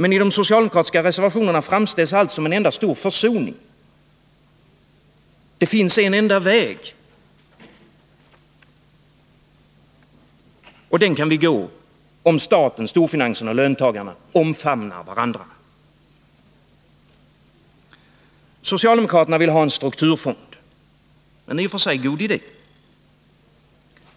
Meni de socialdemokratiska reservationerna framställs allt som en enda stor försoning. Det finns en enda väg — den kan vi gå om staten, storfinansen och löntagarna omfamnar varandra. Socialdemokraterna vill ha en strukturfond. Det är en i och för sig god idé.